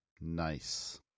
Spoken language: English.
Nice